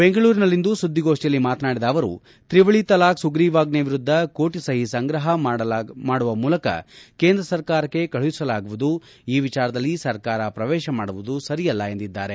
ಬೆಂಗಳೂರಿನಲ್ಲಿಂದು ಸುದ್ದಿಗೋಷ್ಠಿಯಲ್ಲಿ ಮಾತನಾಡಿದ ಅವರು ತ್ರಿವಳಿ ತಲಾಕ್ ಸುಗ್ರೀವಾಜ್ಞೆ ವಿರುದ್ದ ಕೋಟಿ ಸಹಿ ಸಂಗ್ರಹ ಮಾಡುವ ಮೂಲಕ ಕೇಂದ್ರ ಸರ್ಕಾರಕ್ಕೆ ಕಳುಹಿಸಲಾಗುವುದು ಈ ವಿಚಾರದಲ್ಲಿ ಸರ್ಕಾರ ಪ್ರವೇಶ ಮಾಡುವುದು ಸರಿಯಲ್ಲ ಎಂದು ತಿಳಿಸಿದ್ದಾರೆ